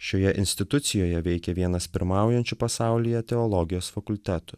šioje institucijoje veikė vienas pirmaujančių pasaulyje teologijos fakultetų